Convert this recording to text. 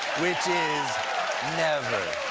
which is never.